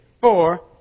four